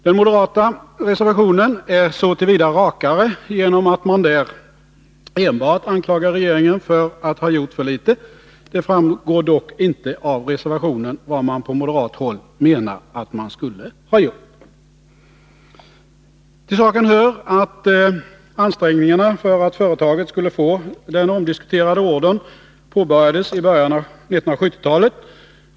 Den moderata reservationen är så till vida rakare som att man där enbart anklagar regeringen för att ha gjort för litet. Det framgår dock inte av reservationen vad man på moderat håll menar att regeringen borde ha gjort. Till saken hör att ansträngningarna för att företaget skulle få den omdiskuterade ordern påbörjades i början av 1970-talet.